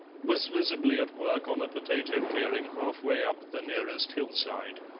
was visibly at work on a potato clearing half-way up the nearest hill-side,